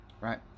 right